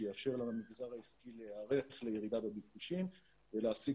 שיאפשר למגזר העסקי להיערך לירידה בביקושים ולהעסיק